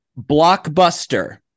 Blockbuster